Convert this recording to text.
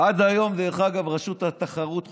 עד היום, דרך אגב, רשות התחרות חוקרת.